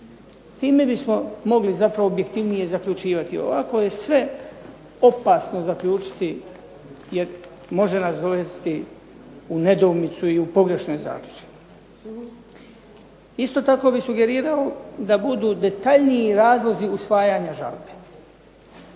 Time bismo mogli zapravo objektivnije zaključivati. Ovako je sve opasno zaključiti, jer može nas dovesti u nedoumicu i u pogrešne zaključke. Isto tako bih sugerirao da budu detaljniji razlozi usvajanja žalbe,